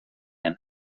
and